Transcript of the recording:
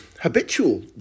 habitual